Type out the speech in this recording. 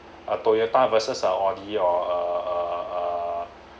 a Toyota versus a Audi or a a a